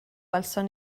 welsom